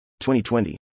2020